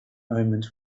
omens